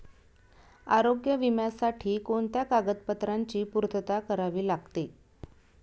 आरोग्य विम्यासाठी कोणत्या कागदपत्रांची पूर्तता करावी लागते?